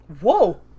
Whoa